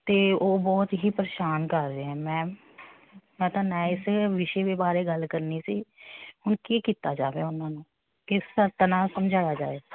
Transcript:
ਅਤੇ ਉਹ ਬਹੁਤ ਹੀ ਪ੍ਰੇਸ਼ਾਨ ਕਰ ਰਹੇ ਹੈ ਮੈਮ ਮੈਂ ਤੁਹਾਡੇ ਨਾਲ ਇਸ ਵਿਸ਼ੇ ਦੇ ਬਾਰੇ ਗੱਲ ਕਰਨੀ ਸੀ ਹੁਣ ਕੀ ਕੀਤਾ ਜਾਵੇ ਉਹਨਾਂ ਨੂੰ ਕਿਸ ਸ਼ਰਤਾਂ ਨਾਲ ਸਮਝਾਇਆ ਜਾਵੇ